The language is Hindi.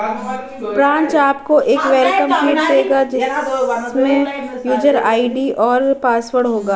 ब्रांच आपको एक वेलकम किट देगा जिसमे यूजर आई.डी और पासवर्ड होगा